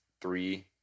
three